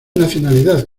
nacionalidad